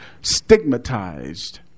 stigmatized